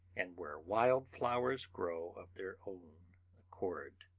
and where wild flowers grow of their own accord.